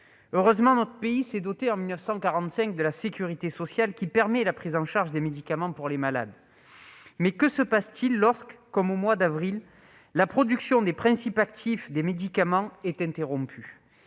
Heureusement, notre pays s'est doté, en 1945, de la sécurité sociale, qui permet la prise en charge des médicaments pour les malades. Mais que se passe-t-il lorsque, comme au mois d'avril, la production des principes actifs des médicaments est interrompue ?